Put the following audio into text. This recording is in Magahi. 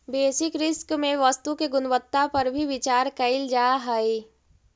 बेसिस रिस्क में वस्तु के गुणवत्ता पर भी विचार कईल जा हई